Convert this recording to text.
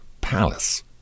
palace